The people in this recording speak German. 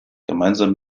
gemeinsam